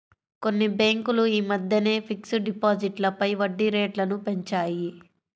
కొన్ని బ్యేంకులు యీ మద్దెనే ఫిక్స్డ్ డిపాజిట్లపై వడ్డీరేట్లను పెంచాయి